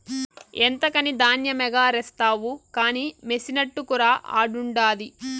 ఎంతకని ధాన్యమెగారేస్తావు కానీ మెసినట్టుకురా ఆడుండాది